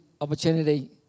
opportunity